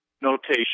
notation